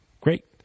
Great